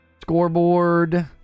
Scoreboard